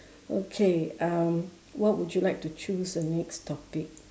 okay um what would you like to choose the next topic